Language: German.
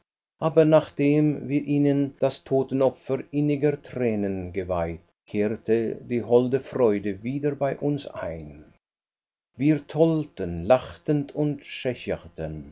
aber nachdem wir ihnen das totenopfer inniger tränen geweiht kehrte die holde freude wieder bei uns ein wir tollten lachten und